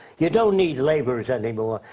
you don't need laborers anymore,